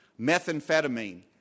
methamphetamine